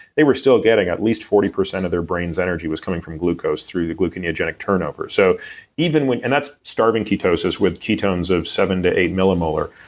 they were still getting at least forty percent of their brain's energy was coming from glucose through the gluconeogenic turnover. so even when and that's starving ketosis, with ketones of seven to eight millimolar.